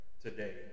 today